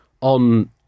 on